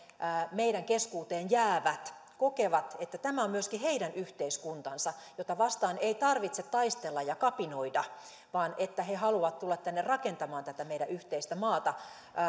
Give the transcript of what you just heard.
meidän keskuuteemme jäävät kokevat että tämä on myöskin heidän yhteiskuntansa jota vastaan ei tarvitse taistella ja kapinoida vaan että he haluavat tulla tänne rakentamaan tätä meidän yhteistä maatamme